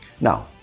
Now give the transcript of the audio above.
Now